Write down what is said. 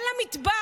אין להן מטבח,